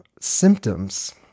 symptoms